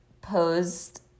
posed